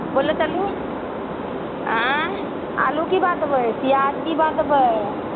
बोलले चलू आँय आलू की भाव देबय प्याज की भाव देबय